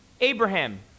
Abraham